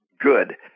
good